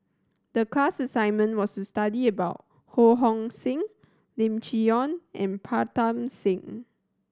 the class assignment was to study about Ho Hong Sing Lim Chee Onn and Pritam Singh